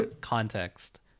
Context